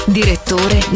direttore